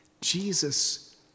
Jesus